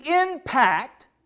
impact